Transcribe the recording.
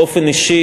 באופן אישי,